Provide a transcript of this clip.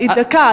דקה.